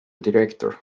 director